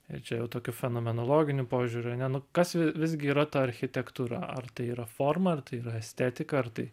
ir čia jau tokiu fenomenologiniu požiūriu ane nu kas vi visgi yra ta architektūra ar tai yra forma ar tai yra estetika ar tai